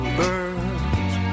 birds